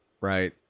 Right